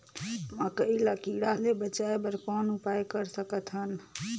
मकई ल कीड़ा ले बचाय बर कौन उपाय कर सकत हन?